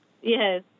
yes